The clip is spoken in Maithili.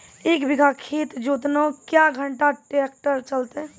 एक बीघा खेत जोतना क्या घंटा ट्रैक्टर चलते?